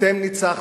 אתם ניצחתם,